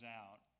out